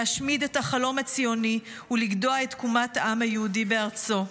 להשמיד את החלום הציוני ולגדוע את תקומת העם היהודי בארצו.